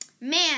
Man